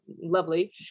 lovely